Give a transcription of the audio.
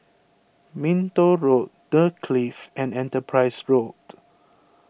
Minto Road the Clift and Enterprise Road